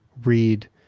read